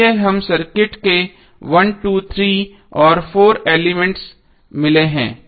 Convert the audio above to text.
इसलिए हमें सर्किट के 1 2 3 और 4 एलिमेंट्स मिले हैं